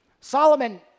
Solomon